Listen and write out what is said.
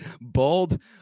bold